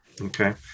Okay